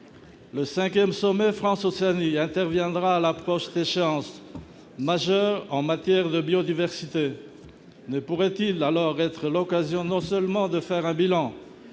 Le cinquième sommet France-Océanie interviendra à l'approche d'échéances majeures en matière de biodiversité. Ne pourrait-il alors être l'occasion non seulement de faire un bilan